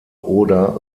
oder